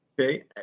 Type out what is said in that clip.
okay